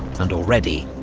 and already,